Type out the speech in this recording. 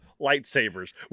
lightsabers